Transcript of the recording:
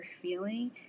feeling